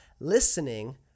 listening